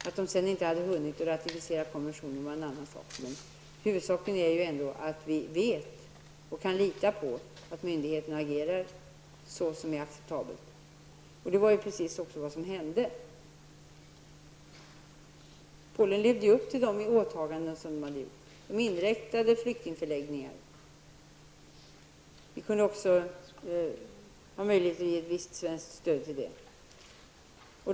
Att man inte hade hunnit ratificera konventionen är en annan sak. Huvudsaken är att vi vet och kan lita på att myndigheterna agerar på ett acceptabelt sätt. Detta var precis vad som hände. Polen levde upp till de åtaganden som hade gjorts. Man inrättade flyktingförläggningar. Vi kunde också ha möjlighet att ge ett visst svenskt stöd till det.